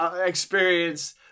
experience